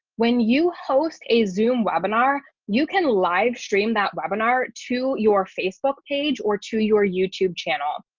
when you host a zoom webinar, you can live stream that webinar to your facebook page or to your youtube channel.